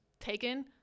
taken